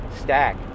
stack